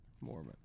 Mormon